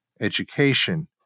education